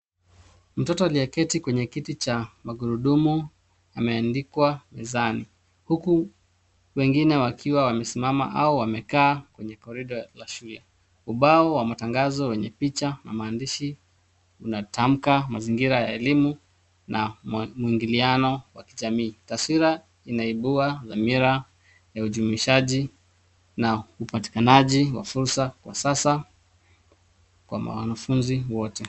Mtoto aliyeketi kwenye kiti cha magurudumu ameandikwa mezani huku wengine wakiwa wamesimama au wamekaa kwenye korido ya shule. Ubao wa matangazo wenye picha na maandishi unatamka mazingira ya elimu na muingiliano wa kijamii. Taswira inaibua dhamira ya ujumuishaji na upatikanaji wa fursa wa sasa kwa wanafunzi wote.